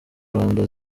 rwanda